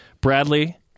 Bradley